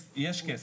יש כסף,